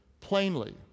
Plainly